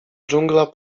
dżungla